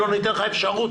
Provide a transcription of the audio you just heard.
לא ניתן לך אפשרות.